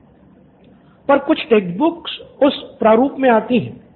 student 7 पर कुछ text books उस प्रारूप में आती हैं